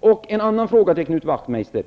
Jag har en annan fråga till Knut Wachtmeister: